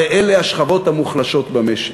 הרי אלה השכבות המוחלשות במשק.